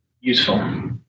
useful